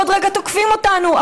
עוד רגע תוקפים אותנו,